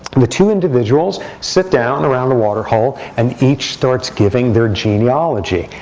and the two individuals sit down around the waterhole. and each starts giving their genealogy.